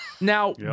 Now